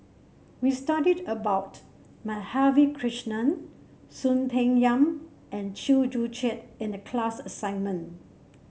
we studied about Madhavi Krishnan Soon Peng Yam and Chew Joo Chiat in the class assignment